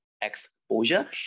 exposure